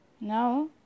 Now